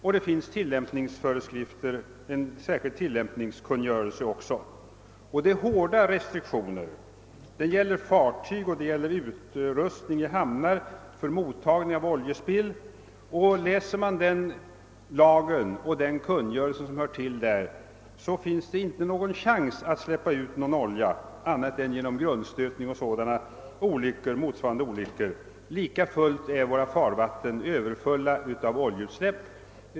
Det finns också tillämpningsföreskrifter i en särskild tillämpningskungörelse. Den innehåller också mycket stränga restriktioner i fråga om fartyg och utrustning i hamnar för mottagning av oljespill. Om man läser lagen och kungörelsen med tillämpningsföreskrifter, finner man att det inte borde finnas någon chans att släppa ut olja annat än genom grundstötning och liknande olyckor. Lika fullt är våra farvatten överfulla av oljeutsläpp.